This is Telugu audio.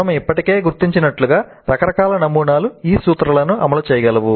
మనము ఇప్పటికే గుర్తించినట్లుగా రకరకాల నమూనాలు ఈ సూత్రాలను అమలు చేయగలవు